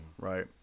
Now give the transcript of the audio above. right